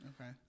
Okay